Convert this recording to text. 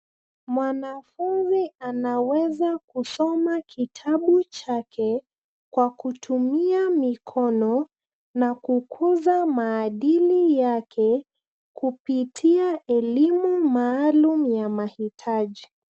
Mwanafunzi anaweza kusoma kitabu chake kwa kutumia mikono na kukuza maadili yake kupitia elimu maalum ya mahitaji.